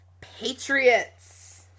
Patriots